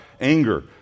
anger